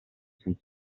senza